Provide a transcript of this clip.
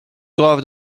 grave